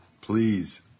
Please